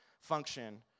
function